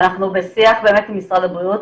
אנחנו בשיח עם משרד הבריאות.